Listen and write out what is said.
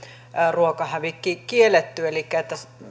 ruokahävikki kielletty elikkä